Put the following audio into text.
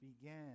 began